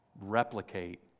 replicate